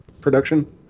production